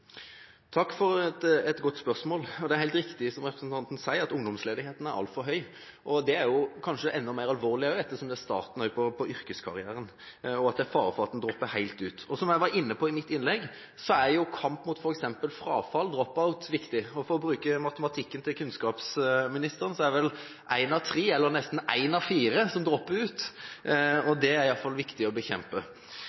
Takk for et godt spørsmål. Det er helt riktig som representanten sier, at ungdomsledigheten er altfor høy, og det er kanskje enda mer alvorlig ettersom det er starten på yrkeskarrieren og det er fare for at en dropper helt ut. Som jeg var inne på i mitt innlegg, er f.eks. kampen mot frafall, drop-out, viktig. For å bruke matematikken til kunnskapsministeren er det vel en av tre, eller nesten en av fire, som dropper ut, og